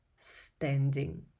standing